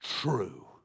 True